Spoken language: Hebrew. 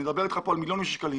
אני מדבר אתך כאן על מיליוני שקלים.